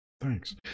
Thanks